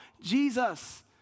Jesus